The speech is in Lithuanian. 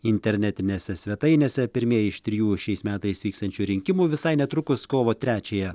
internetinėse svetainėse pirmieji iš trijų šiais metais vyksiančių rinkimų visai netrukus kovo trečiąją